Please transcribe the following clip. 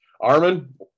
Armin